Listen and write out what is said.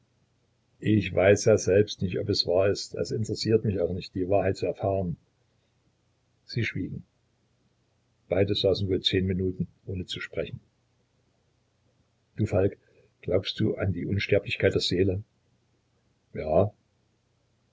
ich weiß ja selbst nicht ob es wahr ist es interessiert mich auch nicht die wahrheit zu erfahren sie schwiegen beide saßen wohl zehn minuten ohne zu sprechen du falk glaubst du an die unsterblichkeit der seele ja